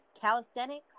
calisthenics